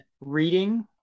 reading